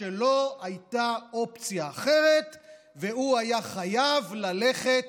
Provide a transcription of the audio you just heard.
שלא הייתה אופציה אחרת והוא היה חייב ללכת